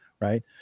Right